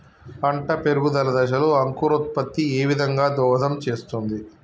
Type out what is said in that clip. పంట పెరుగుదల దశలో అంకురోత్ఫత్తి ఏ విధంగా దోహదం చేస్తుంది?